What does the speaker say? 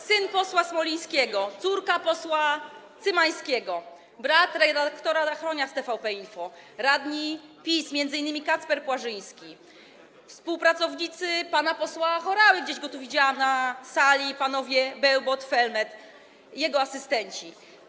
Syn posła Smolińskiego, córka posła Cymańskiego, brat redaktora Rachonia z TVP Info, radni PiS, m.in. Kacper Płażyński, współpracownicy pana posła Horały - gdzieś go tu widziałam na sali - panowie Bełbot, Felmet, jego asystenci.